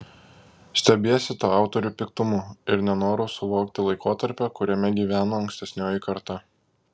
stebiesi tuo autorių piktumu ir nenoru suvokti laikotarpio kuriame gyveno ankstesnioji karta